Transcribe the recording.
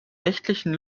nächtlichen